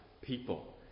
people